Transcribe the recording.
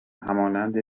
همانند